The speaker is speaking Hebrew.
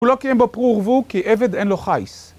הוא לא קיים בו פרו ורבו כי עבד אין לו חייס